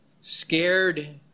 Scared